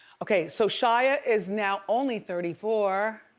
okay so shia is now only thirty four